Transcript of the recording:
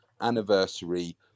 anniversary